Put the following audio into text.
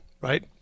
right